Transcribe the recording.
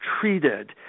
treated